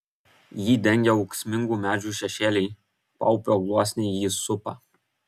jį dengia ūksmingų medžių šešėliai paupio gluosniai jį supa